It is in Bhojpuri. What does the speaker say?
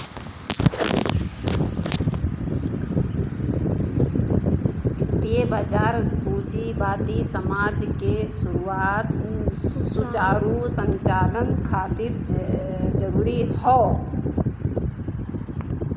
वित्तीय बाजार पूंजीवादी समाज के सुचारू संचालन खातिर जरूरी हौ